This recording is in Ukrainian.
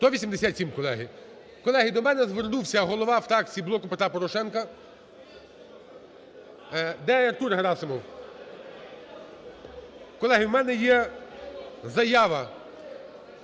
187, колеги. Колеги, до мене звернувся голова фракції "Блоку Петра Порошенка". Де Артур Герасимов? Колеги, у мене є заява